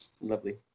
Lovely